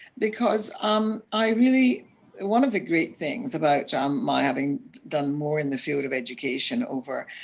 because um i really one of the great things about um my having done more in the field of education over